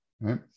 Right